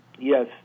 yes